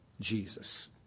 Jesus